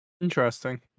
Interesting